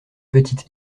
petite